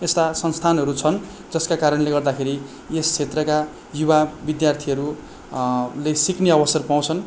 यस्ता संस्थानहरू छन् जसका कारणले गर्दाखेरि यस क्षेत्रका युवा विद्यार्थीहरू ले सिक्ने अवसर पाउँछन्